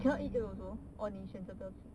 cannot eat egg also or 你选择不要吃